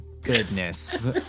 goodness